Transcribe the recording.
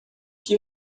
que